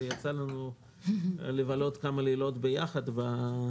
שיצא לנו לבלות כמה לילות ביחד בזמן